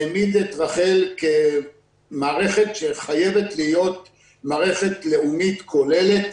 העמיד את רח"ל כמערכת שחייבת להיות מערכת לאומית כוללת,